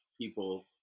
People